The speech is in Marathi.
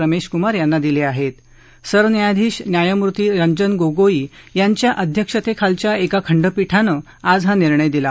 रमध्य कुमार यांना दिल आहरी सरन्यायाधीश न्यायमूर्ती रंजन गोगोई यांच्या अध्यक्षतखेलच्या एका खंडपीठानआज हा निर्णय दिला